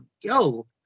Yo